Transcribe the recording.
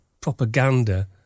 propaganda